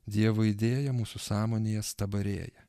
dievo idėja mūsų sąmonėje stabarėja